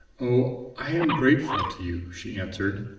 oh i am grateful to you, she answered.